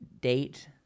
date